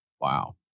Wow